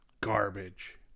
garbage